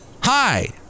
Hi